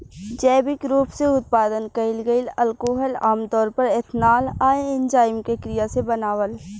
जैविक रूप से उत्पादन कईल गईल अल्कोहल आमतौर पर एथनॉल आ एन्जाइम के क्रिया से बनावल